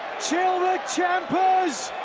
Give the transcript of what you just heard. chill the ciampa's.